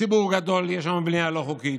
ציבור גדול, יש לנו בנייה לא חוקית.